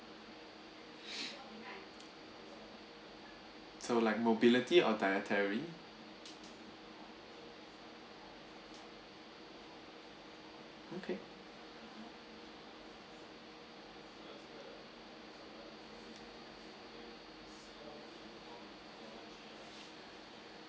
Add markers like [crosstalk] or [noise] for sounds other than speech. [noise] so like mobility or dietary okay